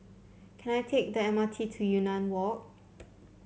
can I take the M R T to Yunnan Walk